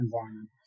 environment